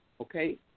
Okay